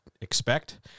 expect